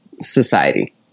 society